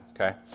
okay